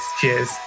Cheers